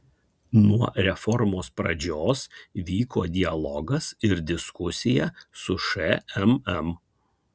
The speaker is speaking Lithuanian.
nuo reformos pradžios vyko dialogas ir diskusija su šmm